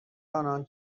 آنان